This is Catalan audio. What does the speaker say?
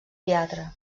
teatre